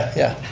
yeah.